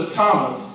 Thomas